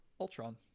Ultron